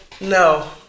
no